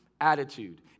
attitude